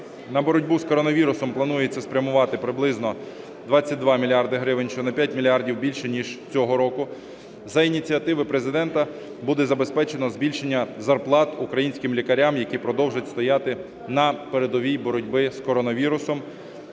На боротьбу з коронавірусом планується спрямувати приблизно 22 мільярди гривень, що на 5 мільярдів більше ніж цього року. За ініціативи Президента буде забезпечено збільшення зарплат українським лікарям, які продовжують стояти на передовій боротьби з корона вірусом,